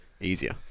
easier